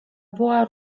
była